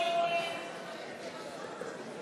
המחנה הציוני (נחמן